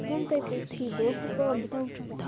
ꯅꯪ ꯀꯔꯤ ꯀꯔꯤ ꯊꯤꯕꯒ ꯈꯣꯠꯄꯒ ꯑꯃꯇ ꯇꯧꯗ꯭ꯔꯕꯣ